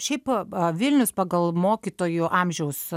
šiaip vilnius pagal mokytojų amžiaus